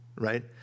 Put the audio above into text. right